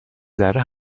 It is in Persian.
ذره